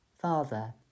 Father